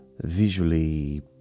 ...visually